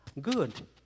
good